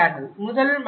முதல் மற்றும் 1